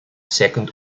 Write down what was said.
second